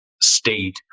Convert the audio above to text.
state